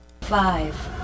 Five